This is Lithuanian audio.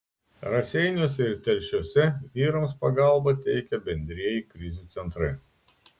raseiniuose ir telšiuose vyrams pagalbą teikia bendrieji krizių centrai